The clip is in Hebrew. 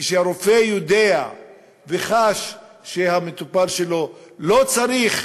כשהרופא יודע וחש שהמטופל שלו לא צריך,